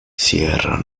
sierra